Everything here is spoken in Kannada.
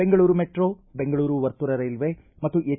ಬೆಂಗಳೂರು ಮೆಟ್ರೋ ಬೆಂಗಳೂರು ವರ್ತಲ ರೈಲ್ವೆ ಮತ್ತು ಹೆಚ್